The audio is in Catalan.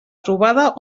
trobada